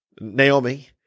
Naomi